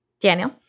Daniel